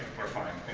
we're fine.